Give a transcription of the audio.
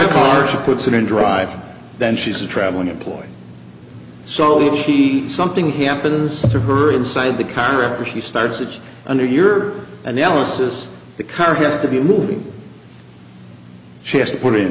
impartial puts it in drive and then she's a traveling employee so if she something happens to her inside the car after she starts it under your analysis the car has to be moving she has to put it in